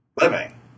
living